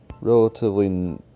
relatively